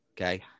okay